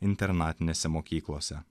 internatinėse mokyklose